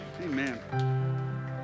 Amen